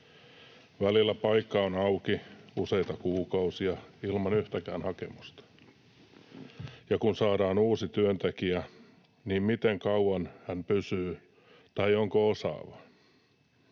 Välillä paikka on auki useita kuukausia ilman yhtäkään hakemusta. Ja kun saadaan uusi työntekijä, niin miten kauan hän pysyy tai onko osaava?